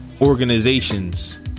organizations